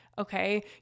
okay